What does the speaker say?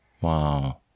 Wow